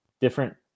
different